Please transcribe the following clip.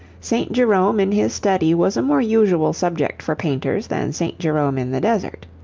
st. jerome in his study was a more usual subject for painters than st. jerome in the desert.